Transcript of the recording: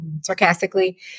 Sarcastically